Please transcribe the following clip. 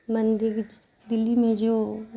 مندر دلی میں جو